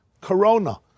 corona